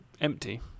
empty